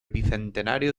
bicentenario